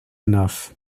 enough